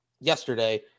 yesterday